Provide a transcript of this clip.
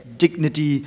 dignity